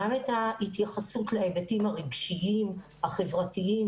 גם את ההתייחסות להיבטים הרגשיים החברתיים